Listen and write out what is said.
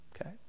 Okay